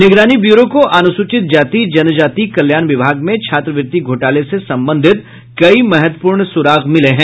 निगरानी ब्यूरो को अनुसूचित जाति जनजाति कल्याण विभाग में छात्रवृत्ति घोटाले से संबंधित कई महत्वपूर्ण सुराग मिले हैं